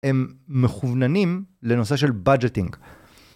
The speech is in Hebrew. הם מכווננים לנושא של בדג'טינג.